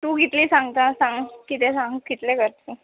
तूं कितली सांगता सांग कितें सांग कितले करचे